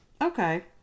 Okay